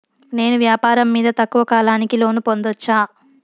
నేను వ్యాపారం మీద తక్కువ కాలానికి లోను పొందొచ్చా?